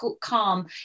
calm